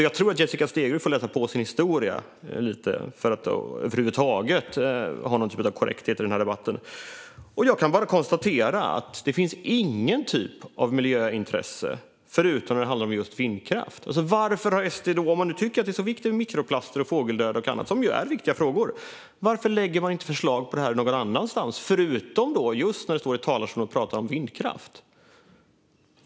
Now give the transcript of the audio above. Jag tror att Jessica Stegrud får läsa på sin historia för att över huvud taget ha någon typ av korrekthet i den här debatten. Jag kan bara konstatera att det inte finns någon typ av miljöintresse hos SD förutom när det handlar om vindkraft. Om SD nu tycker att det är så viktigt med mikroplaster, fågeldöd och andra frågor - som visserligen är viktiga - varför lägger de inte fram förslag om det annat än när de står i talarstolen och pratar om vindkraft?